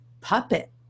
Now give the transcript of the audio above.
puppet